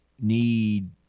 need